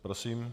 Prosím.